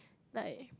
like